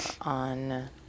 On